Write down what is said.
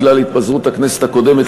בגלל התפזרות הכנסת הקודמת,